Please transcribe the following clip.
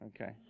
Okay